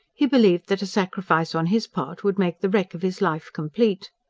he believed that a sacrifice on his part would make the wreck of his life complete.